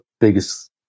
biggest